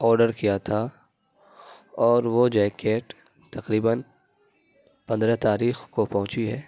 order کیا تھا اور وہ جیکٹ تقریباً پندرہ تاریخ کو پہنچی ہے